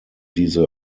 diese